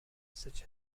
such